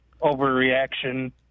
overreaction